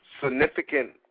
significant